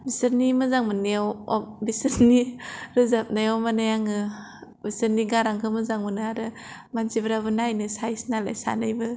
बिसोरनि मोजां मोन्नायाव बिसोरनि रोजाबनायाव मानि आङो बिसोरनि गारांखौ मोजां मोनो आरो मानसिफ्राबो नायनो साइज नालाय सानैबो